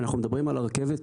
אנחנו מדברים על הרכבת,